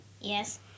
Yes